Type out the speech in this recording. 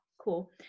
cool